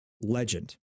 legend